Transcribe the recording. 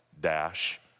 dash